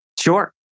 Sure